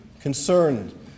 concerned